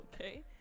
Okay